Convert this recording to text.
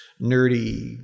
nerdy